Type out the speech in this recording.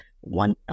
one